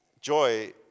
joy